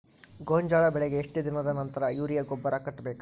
ಗೋಂಜಾಳ ಬೆಳೆಗೆ ಎಷ್ಟ್ ದಿನದ ನಂತರ ಯೂರಿಯಾ ಗೊಬ್ಬರ ಕಟ್ಟಬೇಕ?